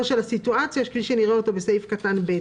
של הסיטואציה כפי שנראה אותה בתקנת משנה (ב).